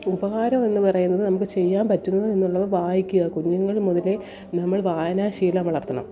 ഉപകാരമെന്നു പറയുന്നത് നമുക്ക് ചെയ്യാൻ പറ്റുന്നു എന്നുള്ളത് വായിക്കുക കുഞ്ഞുങ്ങൾ മുതലേ നമ്മൾ വായനാ ശീലം വളർത്തണം